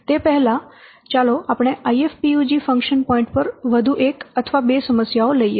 તે પહેલાં ચાલો આપણે IFPUG ફંક્શન પોઇન્ટ્સ પર વધુ એક અથવા બે સમસ્યાઓ લઈએ